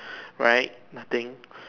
right nothing